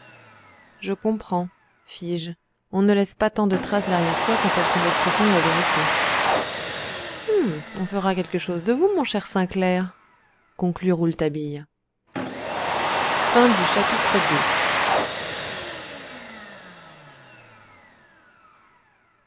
je comprends fis-je on ne laisse pas tant de traces derrière soi quand elles sont l'expression de la vérité on fera quelque chose de vous mon cher sainclair conclut rouletabille